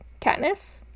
Katniss